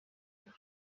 años